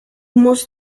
musst